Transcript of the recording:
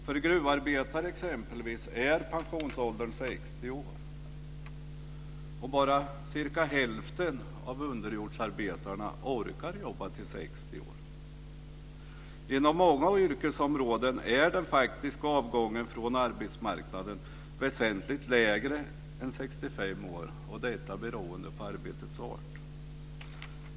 För exempelvis gruvarbetare är pensionsåldern 60 år. Bara cirka hälften av underjordsarbetarna orkar jobba till 60 år. Inom många yrkesområden är den faktiska avgångsåldern från arbetsmarknaden väsentligt lägre än 65 år beroende på arbetets art.